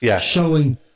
showing